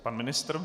Pan ministr?